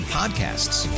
podcasts